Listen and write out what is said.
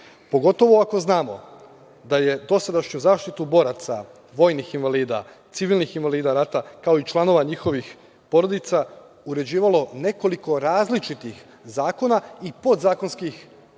pogotovo ako znamo da je dosadašnju zaštitu boraca, vojnih invalida, civilnih invalida rata, kao i članova njihovih porodica uređivalo nekoliko različitih zakona i podzakonskih akata.